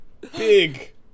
Big